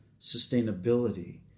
sustainability